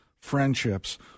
friendships